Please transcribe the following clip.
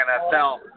NFL